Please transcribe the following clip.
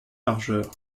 largeur